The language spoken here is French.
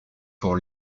pour